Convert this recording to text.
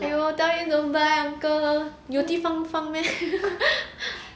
!aiyo! tell him don't buy uncle 有地方放 meh